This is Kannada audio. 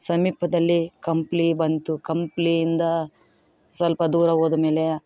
ಸಮೀಪದಲ್ಲಿ ಕಂಪ್ಲಿ ಬಂತು ಕಂಪ್ಲಿಯಿಂದ ಸ್ವಲ್ಪ ದೂರ ಹೋದ ಮೇಲೆ